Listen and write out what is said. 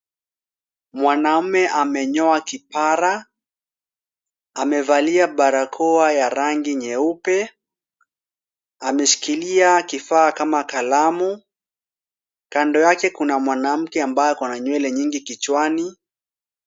Mwanaume amenyoa kipara, amevalia barakoa ya rangi nyeupe, ameshikilia kifaa kama kalamu, kando yake kuna mwanamke ambaye ako na nywele nyingi kichwani.